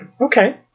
Okay